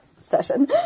session